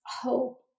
hope